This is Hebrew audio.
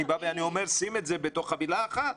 אני אומר שים את זה בתוך חבילה אחת.